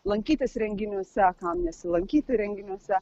lankytis renginiuose kam nesilankyti renginiuose